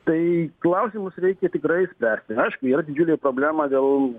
tai klausimus reikia tikrai spręsti aišku yra didžiulė problema dėl